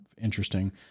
interesting